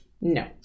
no